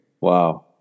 Wow